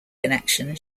connection